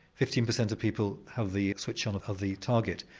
fifteen percent of people have the switch on of the target,